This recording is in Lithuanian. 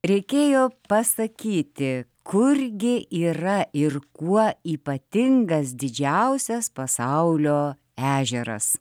reikėjo pasakyti kurgi yra ir kuo ypatingas didžiausias pasaulio ežeras